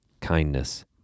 kindness